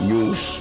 News